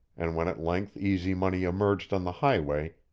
and when at length easy money emerged on the highway,